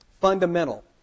fundamental